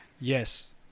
Yes